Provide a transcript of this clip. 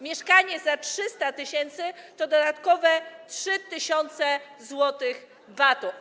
Mieszkanie za 300 tys. to dodatkowe 3 tys. zł VAT-u.